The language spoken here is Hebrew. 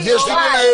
יוראי.